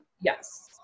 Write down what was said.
Yes